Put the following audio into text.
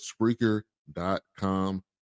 Spreaker.com